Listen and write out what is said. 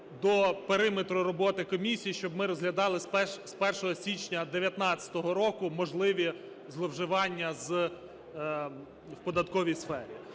до периметру роботи комісії, щоб ми розглядали з 1 січня 2019 року можливі зловживання в податковій сфері.